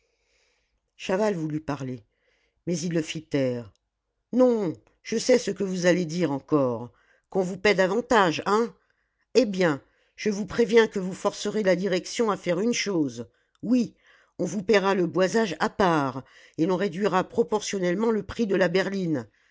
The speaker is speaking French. chaval voulut parler mais il le fit taire non je sais ce que vous allez dire encore qu'on vous paie davantage hein eh bien je vous préviens que vous forcerez la direction à faire une chose oui on vous paiera le boisage à part et l'on réduira proportionnellement le prix de la berline